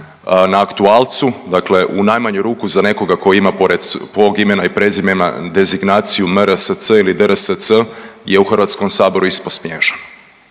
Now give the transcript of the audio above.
na aktualcu dakle u najmanju ruku za nekoga koji ima pored svog imena i prezimena dezignaciju mr.sc. ili dr.sc. je u Hrvatskom saboru ispao smiješan.